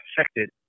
affected